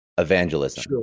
Evangelism